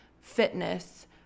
fitness